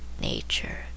Nature